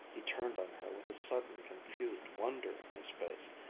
he turned on her with a sudden confused wonder in his face.